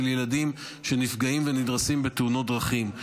ילדים שנפגעים ונדרסים בתאונות דרכים.